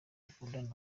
bakundanye